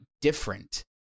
different